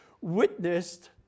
witnessed